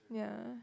yeah